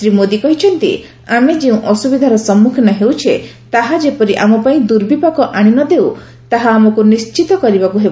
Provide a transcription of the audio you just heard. ଶ୍ରୀ ମୋଦୀ କହିଛନ୍ତି ଆମେ ଯେଉଁ ଅସୁବିଧାର ସମ୍ମୁଖୀନ ହେଉଛେ ତାହା ଯେପରି ଆମ ପାଇଁ ଦୁର୍ବିପାକ ଆଣି ନଦେବ ତାହା ଆମକୁ ନିଣ୍ଚିତ କରିବାକୁ ହେବ